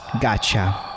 Gotcha